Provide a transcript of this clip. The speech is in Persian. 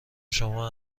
شما